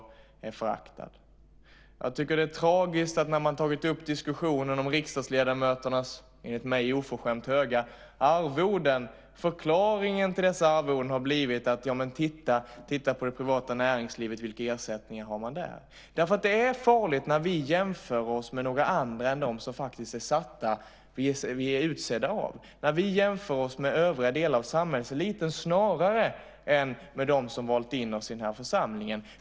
När man har tagit upp diskussionen om riksdagsledamöternas enligt mig oförskämt höga arvoden har förklaringen blivit: Titta vilka ersättningar man har inom det privata näringslivet! Det tycker jag är tragiskt. Det är farligt när vi jämför oss med några andra än dem vi är utsedda av, när vi jämför oss med övriga delar av samhällseliten snarare än med dem som har valt in oss i den här församlingen.